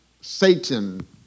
Satan